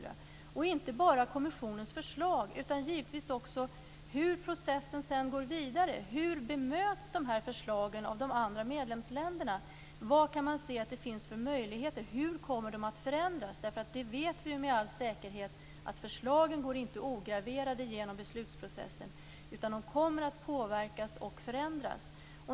Det är inte bara kommissionens förslag utan givetvis också hur processen går vidare. Hur bemöts förslagen av de andra medlemsländerna? Vad kan man se att det finns för möjligheter? Hur kommer de att förändras? Vi vet med all säkerhet att förslagen inte går ograverade genom beslutsprocessen. De kommer att påverkas och förändras.